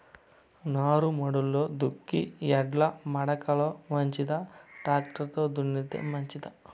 నారుమడిలో దుక్కి ఎడ్ల మడక లో మంచిదా, టాక్టర్ లో దున్నితే మంచిదా?